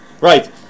right